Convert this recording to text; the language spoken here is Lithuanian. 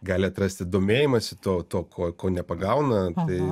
gali atrasti domėjimąsi tuo tuo ko nepagauna tai